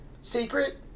Secret